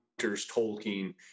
Tolkien